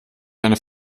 deine